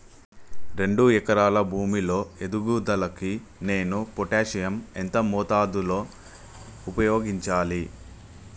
రెండు ఎకరాల భూమి లో ఎదుగుదలకి నేను పొటాషియం ఎంత మోతాదు లో ఉపయోగించాలి?